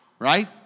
Right